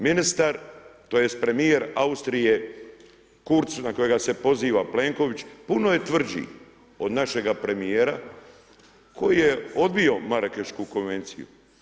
Ministar tj. premijer Austrije Kurz na kojega se poziva Plenković, puno je tvrđi, od našega premijera koji je odbio Marakešku konvenciju.